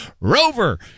rover